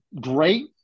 great